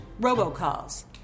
robocalls